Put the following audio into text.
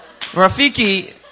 Rafiki